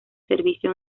servicio